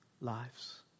lives